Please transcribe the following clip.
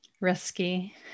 Risky